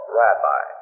rabbi